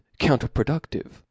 counterproductive